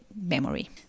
memory